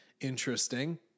interesting